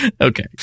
Okay